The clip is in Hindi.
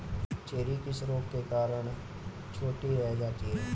चेरी किस रोग के कारण छोटी रह जाती है?